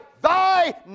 thy